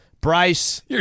Bryce